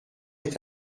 est